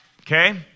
Okay